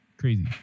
crazy